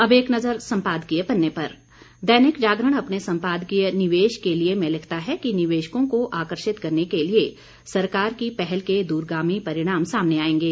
अब एक नज़र सम्पादकीय पन्ने पर दैनिक जागरण अपने सम्पादकीय निवेश के लिये में लिखता है कि निवेशकों को आकर्षित करने के लिये सरकार की पहल के दूरगामी परिणाम सामने आएंगे